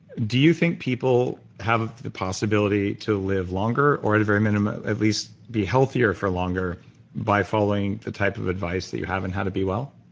do you think people have the possibility to live longer, or at a very minimum at least be healthier for longer by following the type of advice that you have on how to be well?